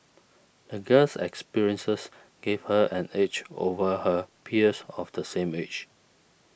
the girl's experiences gave her an edge over her peers of the same age